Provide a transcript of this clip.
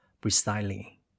precisely